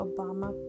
Obama